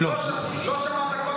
לא שמעת קודם?